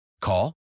Call